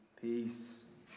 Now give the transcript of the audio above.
Peace